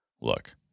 Look